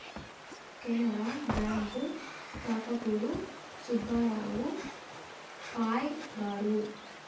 Canara bank స్థాపకుడు సుబ్బారావు పాయ్ గారు